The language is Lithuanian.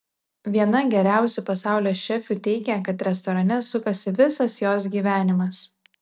viena geriausių pasaulio šefių teigia kad restorane sukasi visas jos gyvenimas